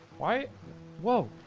why whoa,